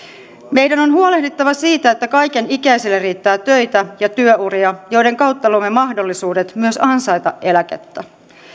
meidän on huolehdittava siitä että kaikenikäisille riittää töitä ja työuria joiden kautta luomme mahdollisuudet myös ansaita eläkettä